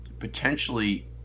Potentially